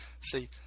See